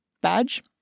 badge